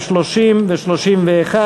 הסתייגות 103 לא התקבלה.